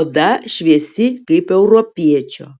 oda šviesi kaip europiečio